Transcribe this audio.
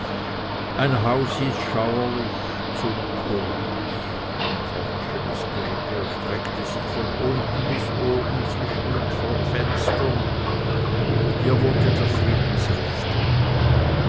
ein haus hieß schauerlich zum tod ein verwaschenes gerippe erstreckte sich von unten bis oben zwischen den fenstern hier wohnte der friedensrichter